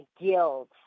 guilt